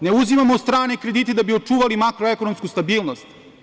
Ne uzimamo strane kredite da bi očuvali makroekonomsku stabilnost.